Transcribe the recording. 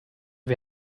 wir